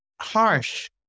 harsh